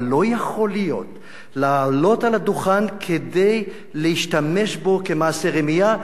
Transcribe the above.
אבל לא יכול להיות לעלות על הדוכן כדי להשתמש בו כמעשה רמייה.